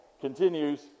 continues